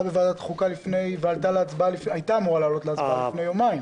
בוועדת החוקה והייתה אמורה לעלות להצבעה לפני יומיים.